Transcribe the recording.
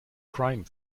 crime